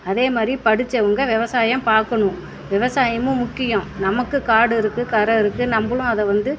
அதே மாதிரி படித்தவங்க விவசாயம் பார்க்கணும் விவசாயமும் முக்கியம் நமக்கு காடு இருக்குது கரை இருக்குது நம்மளும் அதை வந்து